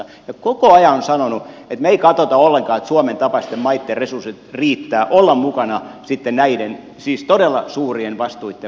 ja koko ajan olen sanonut että me emme katso ollenkaan että suomen tapaisten maitten resurssit riittävät olla mukana näiden todella suurien vastuitten vastaanottamisessa